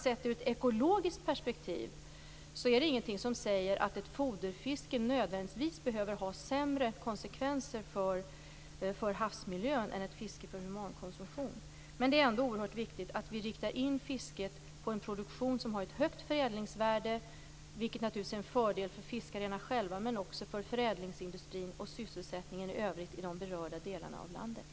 I ett ekologiskt perspektiv är det inget som säger att ett foderfiske nödvändigtvis behöver ha sämre konsekvenser för havsmiljön än ett fiske för humankonsumtion. Det är ändå oerhört viktigt att rikta in fisket på en produktion som har ett högt förädlingsvärde, vilket är en fördel för fiskarna själva men också för förädlingsindustrin och sysselsättningen i övrigt i berörda delar av landet.